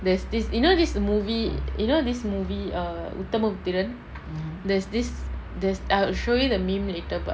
there's this you know this movie you know this move err uthamaputhiran there's this there's I'll show you the meme later but